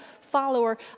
follower